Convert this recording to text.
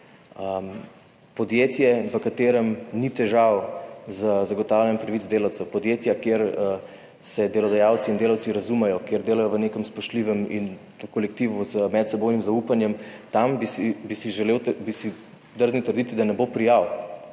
Podjetje, v katerem ni težav z zagotavljanjem pravic delavcev, podjetja, kjer se delodajalci in delavci razumejo, kjer delajo v nekem spoštljivem in v kolektivu z medsebojnim zaupanjem, tam bi si želel, bi si drznil trditi, da ne bo prijav.